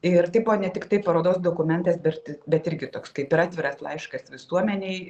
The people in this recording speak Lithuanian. ir tai buvo ne tiktai parodos dokumentas bert bet irgi toks kaip ir atviras laiškas visuomenei